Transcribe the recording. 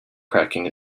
cracking